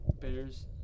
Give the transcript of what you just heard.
Bears